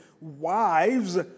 Wives